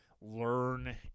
learn